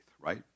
right